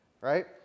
right